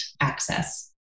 access